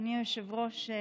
אדוני היושב-ראש,